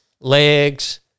legs